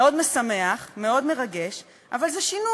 מאוד משמח, מאוד מרגש, אבל זה שינוי,